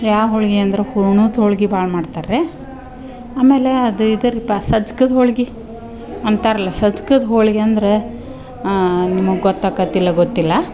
ಯಾವ ಹೋಳಿಗಿ ಅಂದ್ರ ಹೂರ್ಣುದ ಹೋಳಿಗಿ ಭಾಳ ಮಾಡ್ತರ್ರೇ ಆಮೇಲೇ ಅದು ಇದರಿಪ ಸಜ್ಕದ ಹೋಳಿಗಿ ಅಂತಾರಲ್ಲ ಸಜ್ಕದ ಹೋಳಿಗಿ ಅಂದ್ರ ನಿಮಗೆ ಗೊತ್ತಾಕತಿಲ್ಲ ಗೊತ್ತಿಲ್ಲ